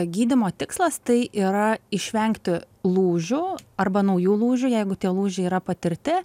gydymo tikslas tai yra išvengti lūžių arba naujų lūžių jeigu tie lūžiai yra patirti